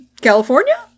California